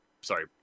Sorry